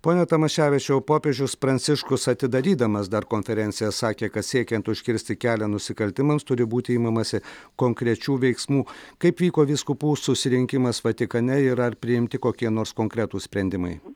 pone tamaševičiau popiežius pranciškus atidarydamas dar konferenciją sakė kad siekiant užkirsti kelią nusikaltimams turi būti imamasi konkrečių veiksmų kaip vyko vyskupų susirinkimas vatikane ir ar priimti kokie nors konkretūs sprendimai